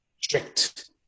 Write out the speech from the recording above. strict